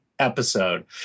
episode